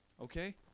okay